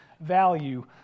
value